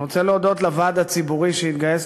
אני רוצה להודות לוועד הציבורי שהתגייס